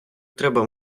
треба